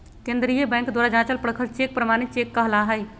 केंद्रीय बैंक द्वारा जाँचल परखल चेक प्रमाणित चेक कहला हइ